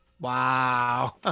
Wow